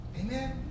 Amen